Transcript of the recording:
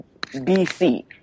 BC